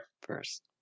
First